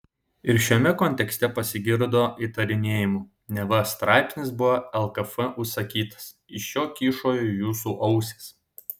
ir šiame kontekste pasigirdo įtarinėjimų neva straipsnis buvo lkf užsakytas iš jo kyšo jūsų ausys